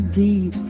deep